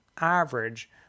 average